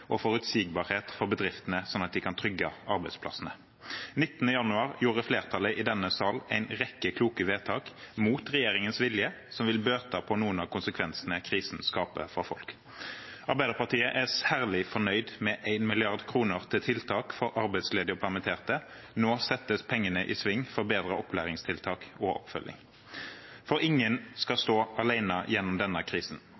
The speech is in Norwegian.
og forutsigbarhet for bedriftene, sånn at de kan trygge arbeidsplassene. Den 19. januar gjorde flertallet i denne sal en rekke kloke vedtak mot regjeringens vilje som vil bøte på noen av konsekvensene krisen skaper for folk. Arbeiderpartiet er særlig fornøyd med 1 mrd. kr til tiltak for arbeidsledige og permitterte. Nå settes pengene i sving for bedre opplæringstiltak og oppfølging. Ingen skal stå alene gjennom denne krisen,